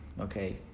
okay